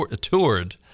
toured